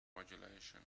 modulation